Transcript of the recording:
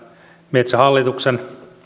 metsähallituksen